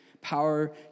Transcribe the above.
power